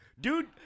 Dude